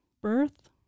birth